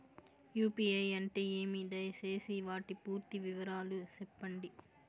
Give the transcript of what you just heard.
UPI అంటే ఏమి? దయసేసి వాటి పూర్తి వివరాలు సెప్పండి?